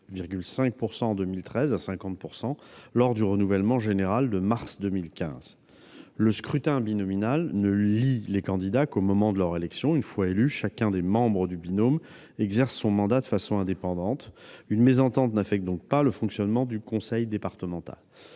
13,5 %, en 2013, à 50 %, lors du renouvellement général de mars 2015. Le scrutin binominal ne lie les candidats qu'au moment de leur élection. Une fois élu, chacun des membres du binôme exerce son mandat de façon indépendante. Une mésentente n'affecte donc pas le fonctionnement du conseil départemental.